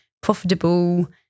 profitable